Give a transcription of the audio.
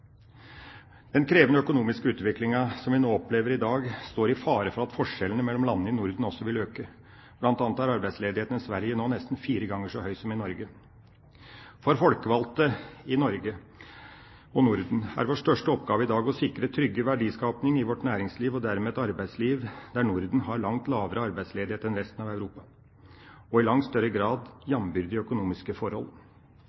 den krevende økonomiske utviklinga som vi opplever i dag, er det fare for at forskjellene mellom landene i Norden også vil øke. Blant annet er arbeidsledigheten i Sverige nå nesten fire ganger så høy som i Norge. For folkevalgte i Norge, og i Norden, er den største oppgaven i dag å sikre verdiskaping i næringslivet og dermed trygge et arbeidsliv der Norden har langt lavere arbeidsledighet enn resten av Europa og i langt større grad